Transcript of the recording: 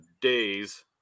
days